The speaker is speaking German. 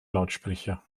lautsprecher